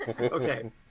Okay